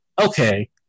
Okay